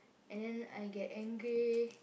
and then I get angry